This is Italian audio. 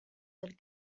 del